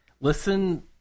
listen